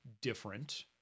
different